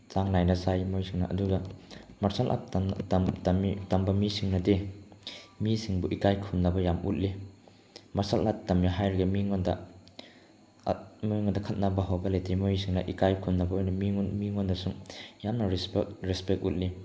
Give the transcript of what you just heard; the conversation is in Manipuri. ꯆꯥꯡ ꯅꯥꯏꯅ ꯆꯥꯏ ꯃꯣꯏꯁꯤꯡꯅ ꯑꯗꯨꯒ ꯃꯥꯔꯁꯦꯜ ꯑꯥꯔꯠ ꯇꯝꯕ ꯃꯤꯁꯤꯡꯅꯗꯤ ꯃꯤꯁꯤꯡꯕꯨ ꯏꯀꯥꯏ ꯈꯨꯝꯅꯕ ꯌꯥꯝ ꯎꯠꯂꯤ ꯃꯥꯔꯁꯦꯜ ꯑꯥꯔꯠ ꯇꯝꯃꯤ ꯍꯥꯏꯔꯒ ꯃꯤꯉꯣꯟꯗ ꯃꯤꯉꯣꯟꯗ ꯈꯠꯅꯕ ꯍꯧꯕ ꯂꯩꯇꯦ ꯃꯣꯏꯁꯤꯡꯅ ꯏꯀꯥꯏ ꯈꯨꯝꯅꯕ ꯑꯣꯏꯅ ꯃꯤꯉꯣꯟꯗꯁꯨ ꯌꯥꯝꯅ ꯔꯦꯁꯄꯦꯛ ꯎꯠꯂꯤ